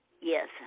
Yes